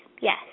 yes